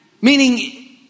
meaning